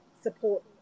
support